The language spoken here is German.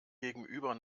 gegenüber